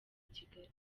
kigali